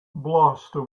blaster